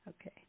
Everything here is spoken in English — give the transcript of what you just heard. Okay